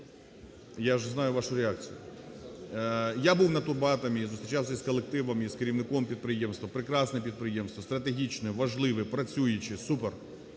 Я ж знаю вашу реакцію. Я був на "Турбоатомі" і зустрічався з колективом і з керівником підприємства. Прекрасне підприємство, стратегічне, важливе, працююче, супер.